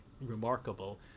remarkable